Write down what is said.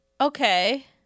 Okay